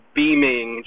beaming